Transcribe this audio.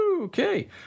okay